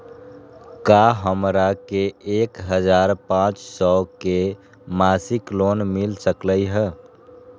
का हमरा के एक हजार पाँच सौ के मासिक लोन मिल सकलई ह?